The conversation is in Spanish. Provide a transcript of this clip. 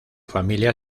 familia